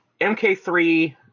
MK3